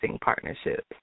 partnerships